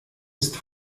ist